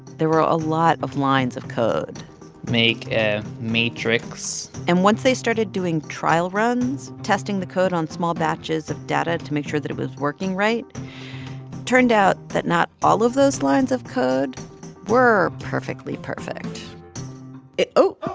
there were a lot of lines of code make a matrix and once they started doing trial runs, testing the code on small batches of data to make sure that it was working right turned out that not all of those lines of code were perfectly perfect it.